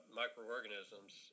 microorganisms